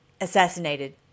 assassinated